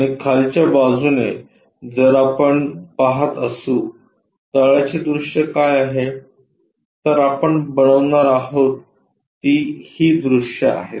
आणि खालच्या बाजूनेजर आपण पहात असू तळाचे दृश्य काय आहे तर आपण बनवणार आहोत ती ही दृश्ये आहेत